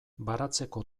baratzeko